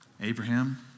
Abraham